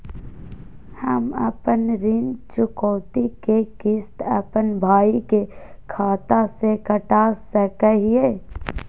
हम अपन ऋण चुकौती के किस्त, अपन भाई के खाता से कटा सकई हियई?